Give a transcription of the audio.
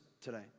today